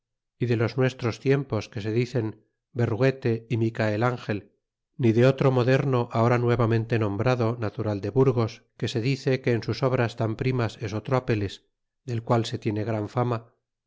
y de los nuestros tiempos que se dicen berruguete y micael angel ni de otro moderno ahora nuevamente nombrado natural de burgos que se dice que en sus obras tan primas es otro apeles del qual se tiene gran fama